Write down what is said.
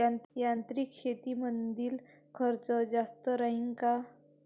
यांत्रिक शेतीमंदील खर्च जास्त राहीन का?